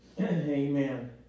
Amen